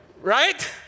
right